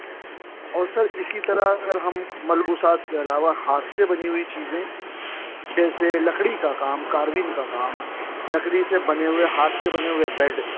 اور سر اسی طرح اگر ہم ملبوسات کے علاوہ ہاتھ سے بنی ہوئی چیزیں جیسے لکڑی کا کام کاروین کا کام لکڑی سے بنے ہوئے ہاتھ کے بنے ہوئے بیڈ